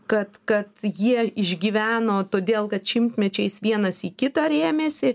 kad kad jie išgyveno todėl kad šimtmečiais vienas į kitą rėmėsi